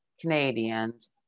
Canadians